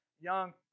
young